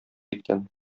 иткән